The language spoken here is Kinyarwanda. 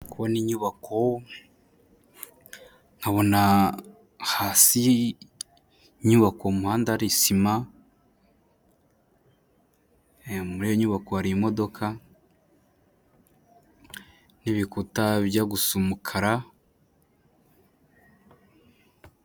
Ndabona inyubako, nkabona hasi inyubako mu mpande hari sima, muri iyo nyubako harimo imodoka n'ibikuta bijya gusa umukara.